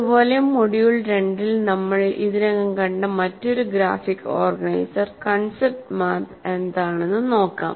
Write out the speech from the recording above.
അതുപോലെ മൊഡ്യൂൾ 2 ൽ നമ്മൾ ഇതിനകം കണ്ട മറ്റൊരു ഗ്രാഫിക് ഓർഗനൈസർ കൺസെപ്റ്റ് മാപ്പ് എന്താണെന്നു നോക്കാം